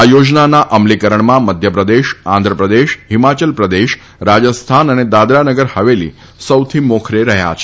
આ યોજનાના અમલીકરણમાં મધ્યપ્રદેશ આંધ્રપ્રદેશ ફિમાચલ પ્રદેશ રાજસ્થાન અને દાદરાનગર હવેલી સૌથી મોખરે રહ્યા છે